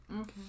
Okay